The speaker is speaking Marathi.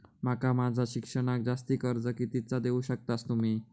माका माझा शिक्षणाक जास्ती कर्ज कितीचा देऊ शकतास तुम्ही?